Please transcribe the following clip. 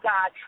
God